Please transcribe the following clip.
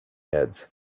heads